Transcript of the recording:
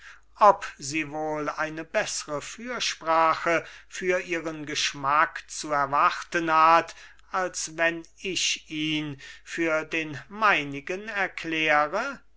ob sie wohl eine bessere fürsprache für ihren geschmack zu erwarten hat als wenn ich ihn für den meinigen erkläre